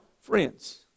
friends